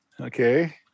Okay